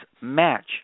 match